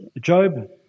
Job